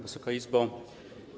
Wysoka Izbo!